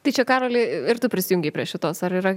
tai čia karoli ir tu prisijungei prie šitos ar yra